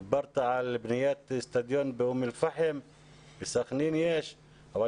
דיברת על בניית אצטדיון באום אל פאחם וגם לסחנין יש אצטדיון,